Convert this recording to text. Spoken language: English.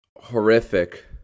horrific